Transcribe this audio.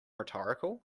rhetorical